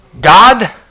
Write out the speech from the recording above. God